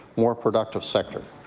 more productive sector.